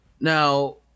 Now